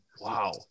Wow